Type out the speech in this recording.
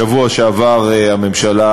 בשבוע שעבר הממשלה